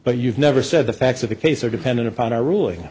but you've never said the facts of the case are dependent upon our ruling